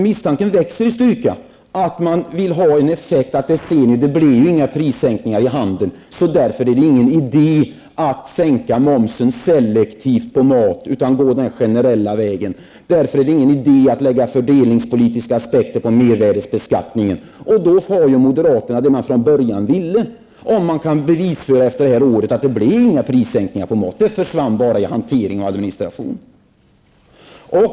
Misstanken växer i styrka att effekten blir den att det inte blir några prissänkningar inom handeln, därför är det ingen idé med att sänka momsen selektivt på maten, utan man går den generella vägen. Därför är det ingen idé med att lägga fördelningspolitiska aspekter på mervärdesbeskattningen. Då får moderaterna det de ville från början, om de kan bevisa efter det här året att det inte blev någon prissänkning på maten. Det försvann i hantering och administration.